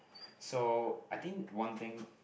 so I think one thing